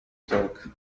talk